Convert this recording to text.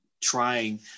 trying